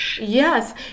Yes